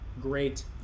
Great